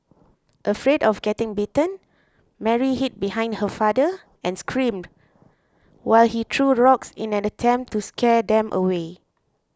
afraid of getting bitten Mary hid behind her father and screamed while he threw rocks in an attempt to scare them away